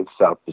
South